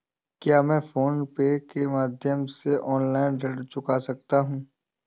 क्या मैं PhonePe के माध्यम से ऑनलाइन ऋण चुका सकता हूँ?